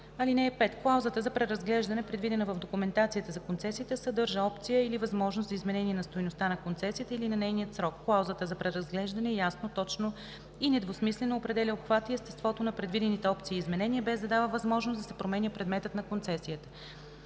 (5) Клаузата за преразглеждане, предвидена в документацията за концесията, съдържа опция или възможност за изменение на стойността на концесията или на нейния срок. Клаузата за преразглеждане ясно, точно и недвусмислено определя обхвата и естеството на предвидените опции и изменения, без да дава възможност да се променя предметът на концесията.